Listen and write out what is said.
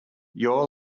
your